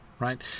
Right